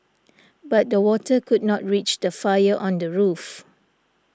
but the water could not reach the fire on the roof